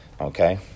Okay